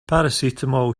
paracetamol